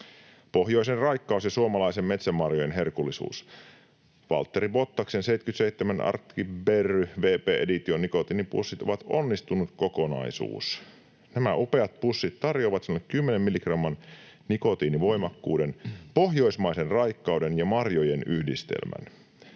”Pohjoisen raikkaus ja suomalaisten metsämarjojen herkullisuus! Valtteri Bottaksen 77 Arctic Berry VB Edition ‑nikotiinipussit ovat onnistunut kokonaisuus. Nämä upeat pussit tarjoavat sinulle 10 milligramman nikotiinivoimakkuuden, pohjoismaisen raikkauden ja marjojen yhdistelmän.